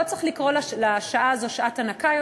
לא צריך לקרוא עוד לשעה הזו שעת הנקה,